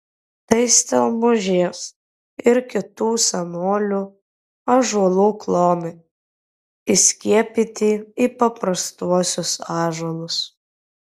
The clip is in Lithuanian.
tai stelmužės ir kitų senolių ąžuolų klonai įskiepyti į paprastuosius ąžuolus